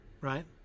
right